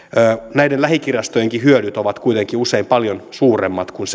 näiden lähikirjastojenkin hyödyt ovat kuitenkin usein paljon suuremmat kuin